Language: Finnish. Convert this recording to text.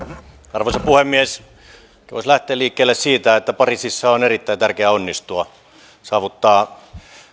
arvoisa puhemies ehkä voisi lähteä liikkeelle siitä että pariisissa on erittäin tärkeä onnistua saavuttaa